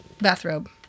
bathrobe